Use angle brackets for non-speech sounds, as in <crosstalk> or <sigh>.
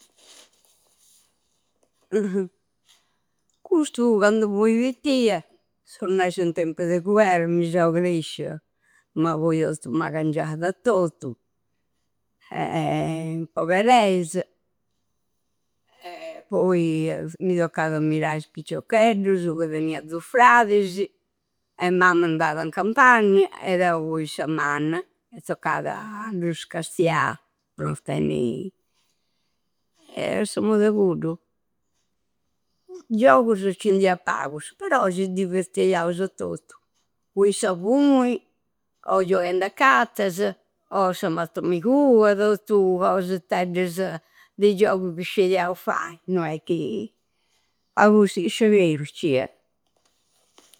<unintelligible> Custu candu fui pittia, seu nascia in tempu de guerra, mi seu crescia, ma poi eusu magangiada a tottu e <hesitation> in poberesa. E <hesitation> poi mi toccada a mirai is piccioccheddusu ca tenia du fradisi, e mamma andada in campagna e deu fui sa manna e toccada a dus castia pro tenni e <hesitation> su modu e cuddu. Giocusu ci n'dia pagusu, però si diverteiausu a tottu. Cui sa fui, o gioghendi a cattasa o sa mattu mi cuada. Tottu casattedda de i giogu ca scieau fai, no è chi. Pagu si sceberu cia.